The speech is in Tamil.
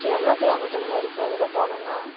சரி எவ்வளோ கிலோ மீட்டருங்கண்ணா இருக்குது அதில் போணும்னா